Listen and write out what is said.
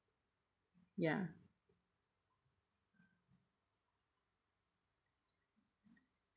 ya